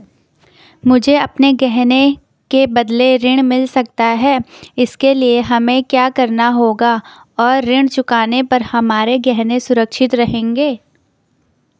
मुझे अपने गहने के बदलें ऋण मिल सकता है इसके लिए हमें क्या करना होगा और ऋण चुकाने पर हमारे गहने सुरक्षित रहेंगे?